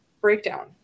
breakdown